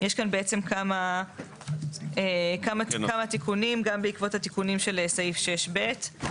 יש כאן בעצם כמה תיקונים גם בעקבות התיקונים של סעיף (ב)